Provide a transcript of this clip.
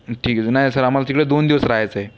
ठीक आहे सर नाही सर आम्हाला तिकडे दोन दिवस रहायचं आहे